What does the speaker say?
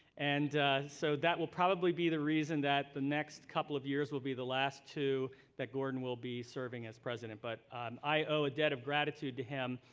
and so that will probably be the reason that the next couple of years will be the last two that gordon will be serving as president. but i owe a debt of gratitude to him.